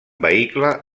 vehicle